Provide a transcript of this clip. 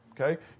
Okay